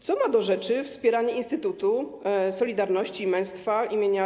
Co ma do rzeczy wspieranie Instytutu Solidarności i Męstwa im.